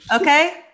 okay